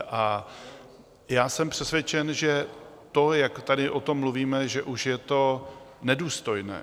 A já jsem přesvědčen, že to, jak tady o tom mluvíme, že už je to nedůstojné.